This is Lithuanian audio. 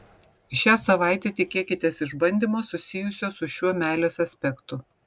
šią savaitę tikėkitės išbandymo susijusio su šiuo meilės aspektu